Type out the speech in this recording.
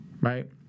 right